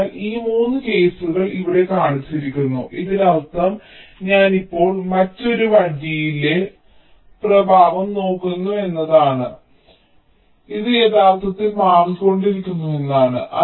അതിനാൽ ഈ 3 കേസുകൾ ഇവിടെ കാണിച്ചിരിക്കുന്നു ഇതിനർത്ഥം ഞാൻ ഇപ്പോൾ മറ്റൊരു വരിയിലെ പ്രഭാവം നോക്കുന്നു എന്നാണ് ഇത് യഥാർത്ഥത്തിൽ മാറിക്കൊണ്ടിരിക്കുന്നു എന്നാണ്